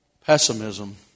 Pessimism